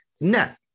net